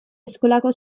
eskolako